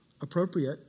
appropriate